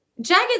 Jagged